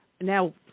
Now